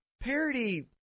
parody